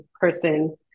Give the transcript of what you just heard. person